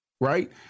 right